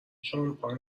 شانپاین